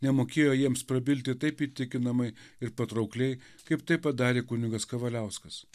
nemokėjo jiems prabilti taip įtikinamai ir patraukliai kaip tai padarė kunigas kavaliauskas